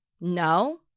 No